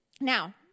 Now